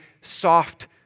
soft